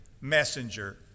messenger